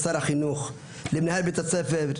למחלקת החינוך העירונית ולמנהל בית הספר,